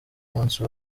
munsi